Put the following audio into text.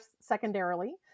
secondarily